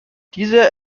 diese